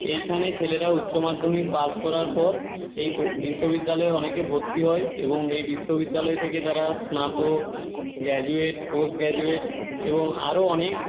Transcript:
এইখানে ছেলেরা উচ্চমাধ্যমিক পাশ করার পর এই বিশ্ববিদ্যালয়ে অনেকে ভর্তি হয় এবং এই বিশ্ববিদ্যালয় থেকে তারা স্নাতক গ্র্যাজুয়েট পোস্ট গ্র্যাজুয়েট এবং আরো অনেক